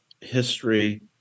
history